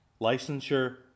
licensure